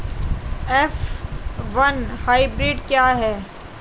F one hybrid क्या है?